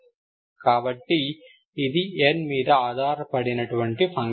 కాబట్టి ఇది n మీద ఆధారపడినటువంటి ఫంక్షన్